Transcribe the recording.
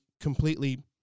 completely